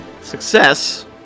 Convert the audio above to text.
Success